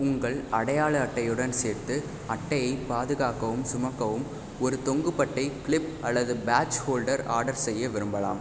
உங்கள் அடையாள அட்டையுடன் சேர்த்து அட்டையை பாதுகாக்கவும் சுமக்கவும் ஒரு தொங்குபட்டை கிளிப் அல்லது பேட்ஜ் ஹோல்டர் ஆர்டர் செய்ய விரும்பலாம்